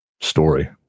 story